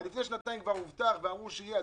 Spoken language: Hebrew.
לפני שנתיים כבר הובטח ואמרו שיהיה.